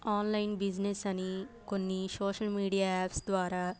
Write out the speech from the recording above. online business అని కొన్ని social media apps ద్వారా